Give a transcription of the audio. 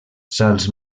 sals